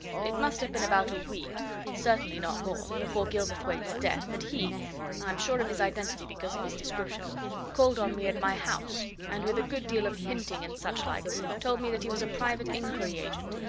it must have been about a week certainly not more before gilverthwaite's death that he i'm sure of his identity, because of his description called on me at my house, and with a good deal of hinting and such-like told me that he was a private inquiry agent,